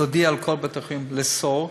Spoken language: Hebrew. להודיע לכל בתי-החולים, לאסור.